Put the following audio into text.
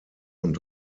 und